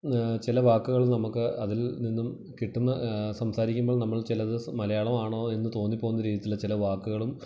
ചില വാക്കുകൾ നമുക്ക് അതിൽ നിന്നും കിട്ടുന്ന സംസാരിക്കുമ്പോൾ നമ്മൾ ചില ദിവസം മലയാളമാണോ എന്ന് തോന്നി പോകുന്ന രീതിയിൽ ചില വാക്കുകളും